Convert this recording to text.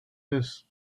his